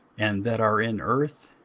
and that are in earth,